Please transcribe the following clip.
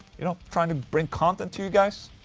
you know, trying to bring content to you guys